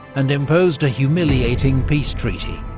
and imposed a humiliating peace treaty.